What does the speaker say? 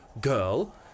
girl